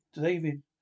David